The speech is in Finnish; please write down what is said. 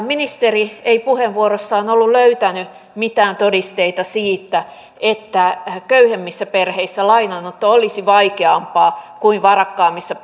ministeri ei puheenvuorossaan ollut löytänyt mitään todisteita siitä että köyhemmissä perheissä lainanotto olisi vaikeampaa kuin varakkaammissa